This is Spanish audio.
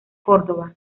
córdoba